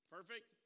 Perfect